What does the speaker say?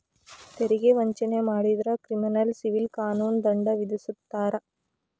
ತೆರಿಗೆ ವಂಚನೆ ಮಾಡಿದ್ರ ಕ್ರಿಮಿನಲ್ ಸಿವಿಲ್ ಕಾನೂನು ದಂಡ ವಿಧಿಸ್ತಾರ